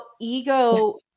ego